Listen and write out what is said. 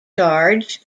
charge